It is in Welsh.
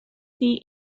chi